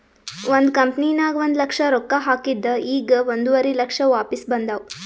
ಒಂದ್ ಕಂಪನಿನಾಗ್ ಒಂದ್ ಲಕ್ಷ ರೊಕ್ಕಾ ಹಾಕಿದ್ ಈಗ್ ಒಂದುವರಿ ಲಕ್ಷ ವಾಪಿಸ್ ಬಂದಾವ್